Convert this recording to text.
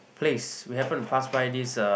place we happen to pass by this uh